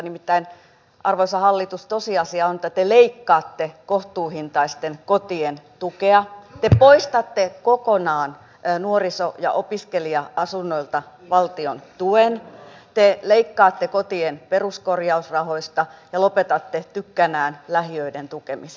nimittäin arvoisa hallitus tosiasia on että te leikkaatte kohtuuhintaisten kotien tukea te poistatte kokonaan nuoriso ja opiskelija asunnoilta valtion tuen te leikkaatte kotien peruskorjausrahoista ja lopetatte tykkänään lähiöiden tukemisen